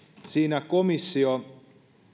siinä komissio